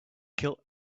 kill